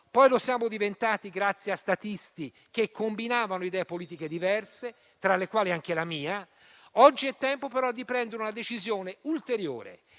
poi lo siamo diventati grazie a statisti che combinavano idee politiche diverse, tra le quali anche la mia. Oggi, però, è tempo di prendere una decisione ulteriore,